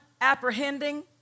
apprehending